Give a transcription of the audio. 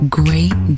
great